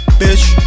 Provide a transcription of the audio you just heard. Bitch